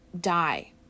die